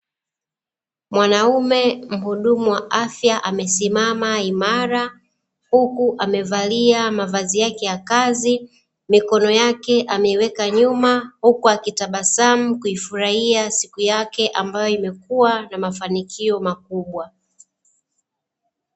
Mwanaume muhudumu wa afya amesimama imara huku amevalia mavazi yake ya kazi mikono yake ameweka nyuma huku akitabasamu kuifurahia siku yake ambayo imekuwa na mafanikio makubwa.